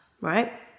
right